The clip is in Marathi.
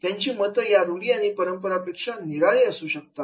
त्याची मतं या रूढी आणि परंपरा पेक्षा निराळी असू शकतात